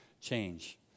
change